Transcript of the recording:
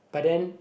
but then